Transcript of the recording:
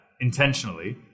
intentionally